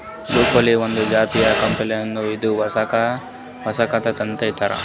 broccoli ಒಂದ್ ಜಾತಿದ್ ಕಾಯಿಪಲ್ಯ ಇದು ಹೂಕೊಸ್ ಥರ ಇರ್ತದ್